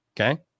Okay